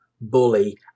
bully